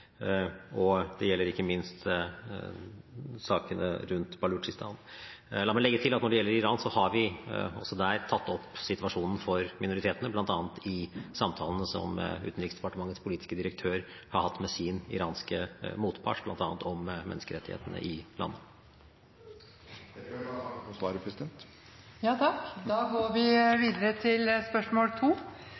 og det gjelder ikke minst sakene rundt Balutsjistan. La meg legge til at når det gjelder Iran, har vi også der tatt opp situasjonen for minoritetene, bl.a. i samtalene som utenriksdepartementets politiske direktør har hatt med sin iranske motpart, bl.a. om menneskerettighetene i landene. Jeg tror jeg bare takker for svaret. Dette spørsmålet er fra representanten Anniken Huitfeldt til